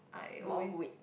more weight